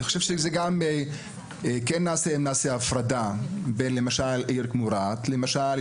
אני כן חושב שצריכים לעשות הפרדה בין עיר כמו רהט למשל,